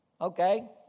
Okay